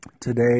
Today